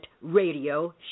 radio